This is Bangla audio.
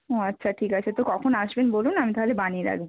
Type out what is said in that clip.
ও আচ্ছা ঠিক আছে তো কখন আসবেন বলুন আমি তাহলে বানিয়ে রাখব